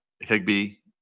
Higby